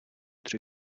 tři